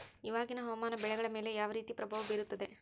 ಇವಾಗಿನ ಹವಾಮಾನ ಬೆಳೆಗಳ ಮೇಲೆ ಯಾವ ರೇತಿ ಪ್ರಭಾವ ಬೇರುತ್ತದೆ?